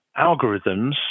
algorithms